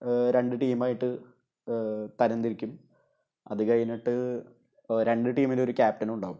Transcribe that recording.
രണ്ട് ടീമായിട്ട് തരംതിരിക്കും അതുകഴിഞ്ഞിട്ട് ഇപ്പോള് രണ്ട് ടീമിൽ ഒരു ക്യാപ്റ്റനുണ്ടാകും